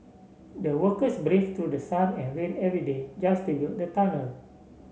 the workers brave through the sun and rain every day just to build the tunnel